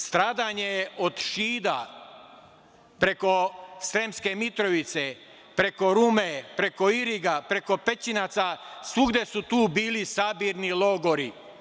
Stradanje je od Šida preko Sremske Mitrovice, preko Rume, preko Iriga, preko Pećinaca, svugde su tu bili sabirni logori.